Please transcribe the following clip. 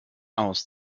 aus